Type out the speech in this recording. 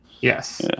Yes